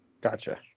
Gotcha